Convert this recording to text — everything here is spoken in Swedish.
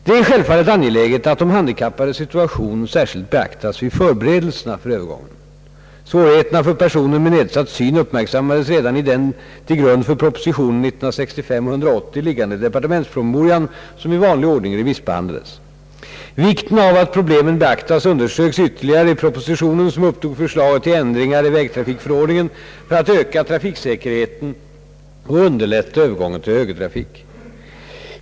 Det är självfallet angeläget att de handikappades situation särskilt beaktas vid förberedelserna för övergången. Svårigheterna för personer med nedsatt syn uppmärksammades redan i den till grund för propositionen 1965: 180 liggande departementspromemorian, som i vanlig ordning remissbehandlades. Vikten av att problemen beaktas underströks ytterligare i propositionen, som upptog förslag till ändringar i vägtrafikförordningen för att öka trafiksäkerheten och underlätta övergången till högertrafik.